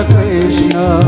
Krishna